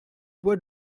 bois